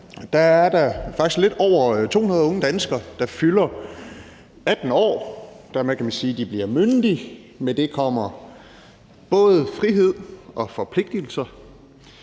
er der faktisk lidt over 200 unge danskere, der fylder 18 år. De bliver myndige, og med det kommer både frihed og forpligtelser.